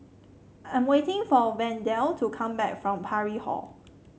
I'm waiting for Wendell to come back from Parry Hall